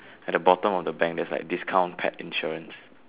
at the bottom of the bank there's like discount pet insurance